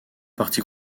partis